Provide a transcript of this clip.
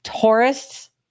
Tourists